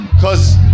Cause